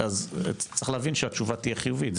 אז צריך להבין שהתשובה תהיה חיובית,